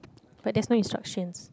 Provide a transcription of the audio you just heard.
but there's no instructions